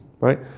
right